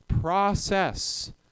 process